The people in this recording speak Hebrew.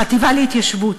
החטיבה להתיישבות.